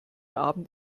abend